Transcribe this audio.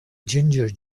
ginger